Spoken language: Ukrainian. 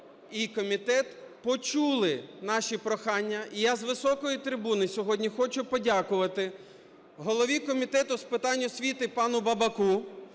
і комітет почули наші прохання і я з високої трибуни сьогодні хочу подякувати голові Комітету з питань освіти пану Бабаку